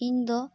ᱤᱧᱫᱚ